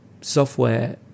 software